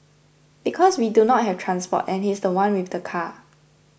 because we do not have transport and he's the one with the car